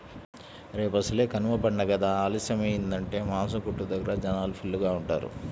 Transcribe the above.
రేపసలే కనమ పండగ కదా ఆలస్యమయ్యిందంటే మాసం కొట్టు దగ్గర జనాలు ఫుల్లుగా ఉంటారు